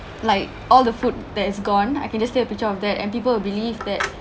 like all the food that is gone I can just take a picture of that and people will believe that